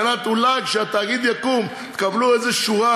אולי על מנת שכשהתאגיד יקום תקבלו איזו שורה